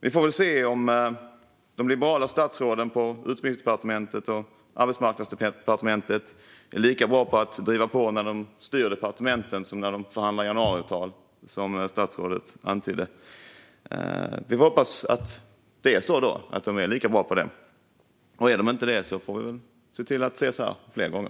Vi får väl se om de liberala statsråden på Utbildningsdepartementet respektive Arbetsmarknadsdepartementet är lika bra på att driva på när de styr departement som när de förhandlade januariavtalet, vilket statsrådet antydde. Vi får hoppas det. Om de inte är det får vi ses här fler gånger.